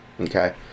okay